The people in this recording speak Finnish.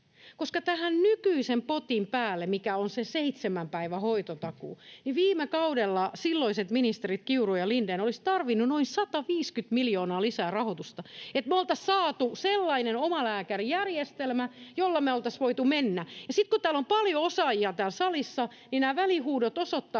Koska tähän nykyisen potin päälle, mikä on se seitsemän päivän hoitotakuu, viime kaudella silloiset ministerit Kiuru ja Lindén olisivat tarvinneet noin 150 miljoonaa lisää rahoitusta, [Mauri Peltokankaan välihuuto] että me oltaisiin saatu sellainen omalääkärijärjestelmä, jolla me oltaisiin voitu mennä. — Kun on paljon osaajia täällä salissa, niin nämä välihuudot osoittavat